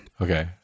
Okay